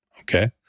okay